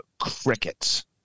Crickets